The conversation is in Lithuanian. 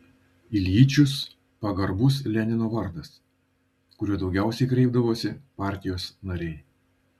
iljičius pagarbus lenino vardas kuriuo daugiausiai kreipdavosi partijos nariai